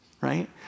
Right